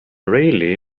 reilly